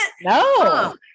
No